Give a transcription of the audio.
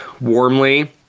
warmly